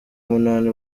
munani